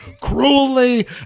cruelly